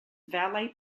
valet